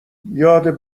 یاد